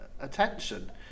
attention